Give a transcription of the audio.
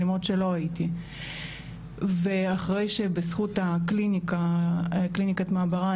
למרות שלא הייתי ואחרי שבזכות ה"קליניקת מעברה",